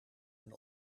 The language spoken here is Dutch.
een